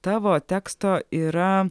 tavo teksto yra